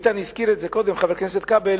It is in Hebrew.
חבר הכנסת כבל